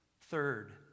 Third